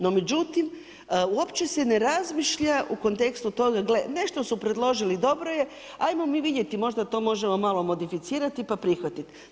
No međutim, uopće se ne razmišlja u kontekstu toga gle, nešto su predložili dobro je, ajmo mi vidjeti, možda to možemo malo modificirati pa prihvatiti.